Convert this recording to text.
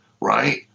right